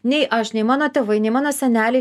nei aš nei mano tėvai nei mano seneliai